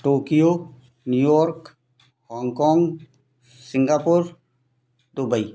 Tokyo New York Hong Kong Singapore Dubai